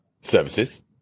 services